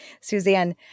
Suzanne